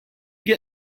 get